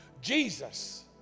Jesus